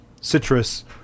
citrus